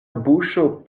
buŝo